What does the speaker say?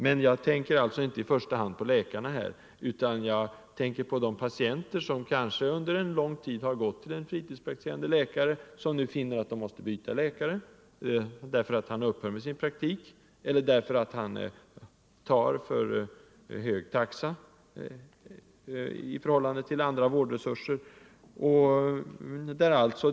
Men jag tänker alltså inte i första hand på läkarna utan på de patienter som kanske under lång tid har gått till en fritidspraktiserande läkare och nu finner att de måste byta läkare, därför att den tidigare läkaren har upphört med sin praktik, eller därför att han tar för hög taxa i förhållande till andra vårdresurser.